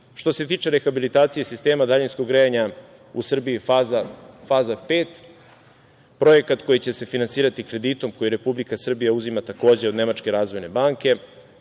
se tiče rehabilitacije sistema daljinskog grejanja u Srbiji – faza 5, projekat koji će se finansirati kreditom koji Republika Srbija uzima takođe od Nemačke razvojne banke,